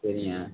சரிங்க